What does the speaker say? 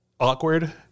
Awkward